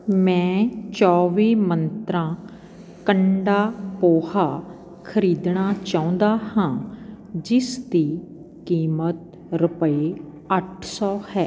ਮੈਂ ਚੌਬੀ ਮੰਤਰਾਂ ਕੰਡਾ ਪੋਹਾ ਖਰੀਦਣਾ ਚਾਹੁੰਦਾ ਹਾਂ ਜਿਸ ਦੀ ਕੀਮਤ ਰੁਪਏ ਅੱਠ ਸੌ ਹੈ